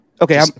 Okay